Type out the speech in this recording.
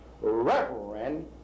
Reverend